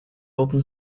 open